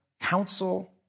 counsel